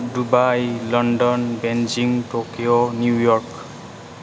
Dubai London Beijing Tokyo New York